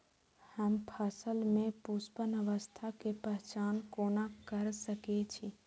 हम फसल में पुष्पन अवस्था के पहचान कोना कर सके छी?